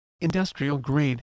industrial-grade